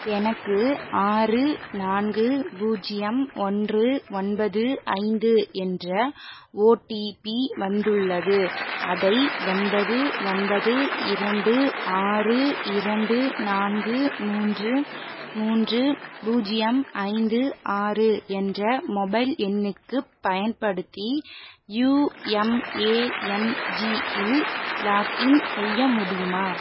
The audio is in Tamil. எனக்கு ஆறு நான்கு பூஜ்ஜியம் ஒன்று ஒன்பது ஐந்து என்ற ஓடிபி வந்துள்ளது அதை ஒன்பது ஒன்பது இரண்டு ஆறு இரண்டு நான்கு மூன்று மூன்று பூஜ்ஜியம் ஐந்து ஆறு என்ற மொபைல் எண்ணுக்கு பயன்படுத்தி யுஎம்ஏஎன்ஜிஇல் லாக்இன் செய்ய முடியுமா